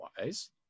wise